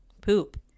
poop